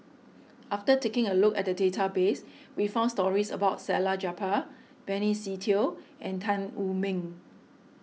after taking a look at the database we found stories about Salleh Japar Benny Se Teo and Tan Wu Meng